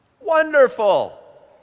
wonderful